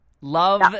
Love